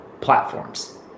platforms